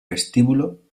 vestíbulo